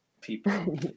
people